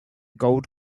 gold